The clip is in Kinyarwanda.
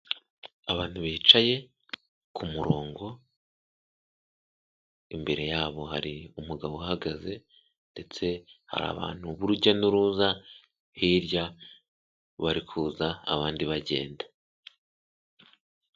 Abantu bicaye ku murongo imbere yabo hari umugabo uhagaze ndetse hari abantu b'urujya n'uruza hirya bari kuza abandi bagenda.